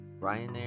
Ryanair